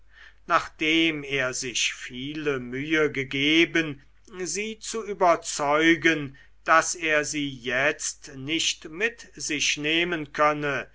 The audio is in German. nachdem er sich viele mühe gegeben sie zu überzeugen daß er sie jetzt nicht mit sich nehmen könne